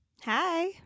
hi